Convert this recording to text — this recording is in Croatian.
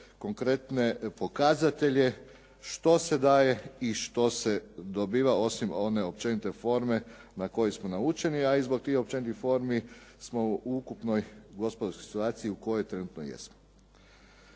konkretne pokazatelje što se daje i što se dobiva, osim one općenite forme na koju smo naučeni, a i zbog tih općenitih formi smo u ukupnoj gospodarskoj situaciji u kojoj trenutno jesmo.